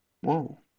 Whoa